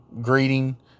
greeting